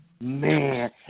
man